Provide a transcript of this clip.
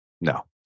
no